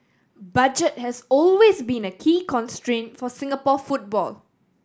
budget has always been a key constraint for Singapore football